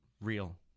real